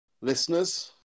listeners